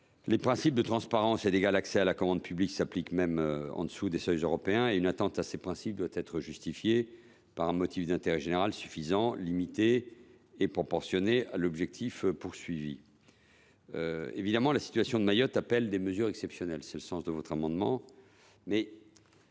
Les principes de transparence et d’égal accès à la commande publique s’appliquent même en deçà des seuils européens, et toute atteinte à ces principes doit être justifiée par un motif d’intérêt général suffisant, limité et proportionné à l’objectif. Il est évident que la situation de Mayotte appelle des mesures exceptionnelles, et tel est précisément le sens de votre amendement,